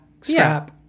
strap